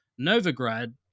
Novigrad